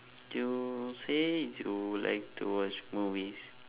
you say you like to watch movies